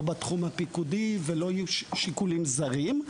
לא בתחום הפיקודי ולא יהיו שיקולים זרים.